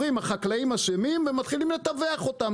אומרים החקלאים אשמים ומתחילים לטווח אותם,